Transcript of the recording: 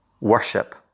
Worship